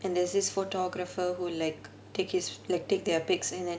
and there's this photographer who like take his like take their pictures in it